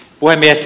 puhemies